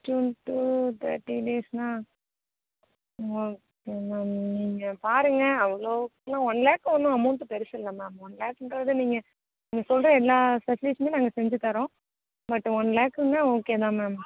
fifteen to thirty டேஸ்னால் ma'am ma'am நீங்கள் பாருங்க அவ்வளோக்கெல்லாம் ஒன் லேக் ஒன்றும் வந்து அமௌன்ட் பெருசுல்லை மேம் ஒன் லேக்ன்னுறது நீங்கள் நீங்கள் சொல்லுற எல்லா ஃபெஸிலிட்டிஸும் நாங்கள் செஞ்சுத்தறோம் பட் ஒன் லேக்குமே ஓகே தான் மேம்